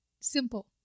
Simple